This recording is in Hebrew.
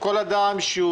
כל אדם,